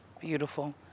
Beautiful